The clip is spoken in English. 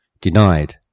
denied